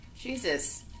Jesus